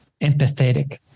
empathetic